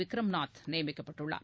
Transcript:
விக்ரம் நாத் நியமிக்கப்பட்டுள்ளார்